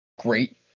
Great